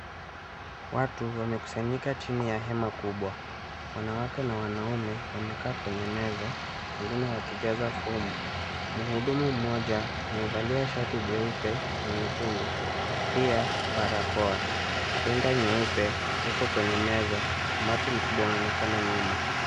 Watu wamekusanyika chini ya hema kubwa. Wanawake na wanaume wamekaa kwenye meza, wengine wakijaza fomu. Mhudumu mmoja amevalia shati jeupe na nyekundu pia barakoa. Penda nyeupe iko kwenye meza, umati mkubwa unaonekana nyuma.